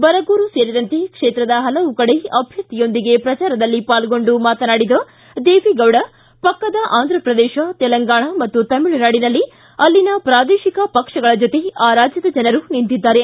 ಬರಗೂರು ಸೇರಿದಂತೆ ಕ್ಷೇತ್ರದ ಪಲವು ಕಡೆ ಅಭ್ಯರ್ಥಿಯೊಂದಿಗೆ ಪ್ರಜಾರದಲ್ಲಿ ಪಾಲ್ಗೊಂಡು ಮಾತನಾಡಿದ ದೇವೇಗೌಡ ಪಕ್ಕದ ಆಂಧ್ರ ಪ್ರದೇಶ ತೆಲಂಗಾಣ ಮತ್ತು ತಮಿಳುನಾಡಿನಲ್ಲಿ ಅಲ್ಲಿನ ಪ್ರಾದೇಶಿಕ ಪಕ್ಷಗಳ ಜೊತೆ ಆ ರಾಜ್ಯದ ಜನರು ನಿಂತಿದ್ದಾರೆ